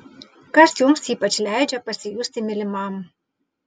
kas jums ypač leidžia pasijusti mylimam